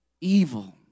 Evil